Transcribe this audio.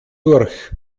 durch